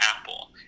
apple